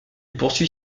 poursuit